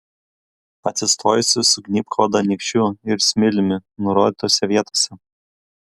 atsistojusi sugnybk odą nykščiu ir smiliumi nurodytose vietose